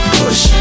push